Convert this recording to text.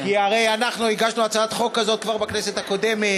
כי הרי אנחנו הגשנו את הצעת החוק כזאת כבר בכנסת הקודמת,